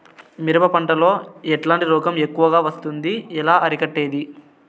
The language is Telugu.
మిరప పంట లో ఎట్లాంటి రోగం ఎక్కువగా వస్తుంది? ఎలా అరికట్టేది?